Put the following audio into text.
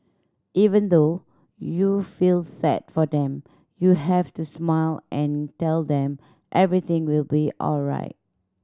even though you feel sad for them you have to smile and tell them everything will be alright